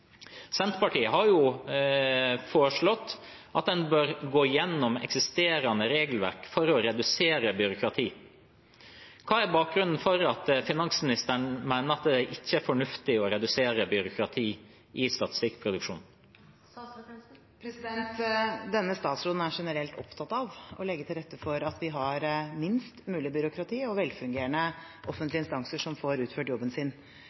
Senterpartiet har foreslått at en bør gå igjennom eksisterende regelverk for å redusere byråkratiet. Hva er bakgrunnen for at finansministeren mener at det ikke er fornuftig å redusere byråkratiet i statistikkproduksjonen? Denne statsråden er generelt opptatt av å legge til rette for at vi har minst mulig byråkrati, og at vi har velfungerende offentlige instanser som får utført jobben sin.